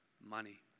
money